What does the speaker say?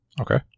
Okay